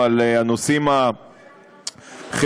או על הנושאים החברתיים.